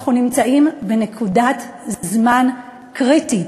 אנחנו נמצאים בנקודת זמן קריטית,